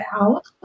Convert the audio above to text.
out